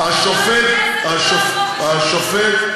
השופט,